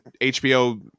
HBO